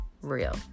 real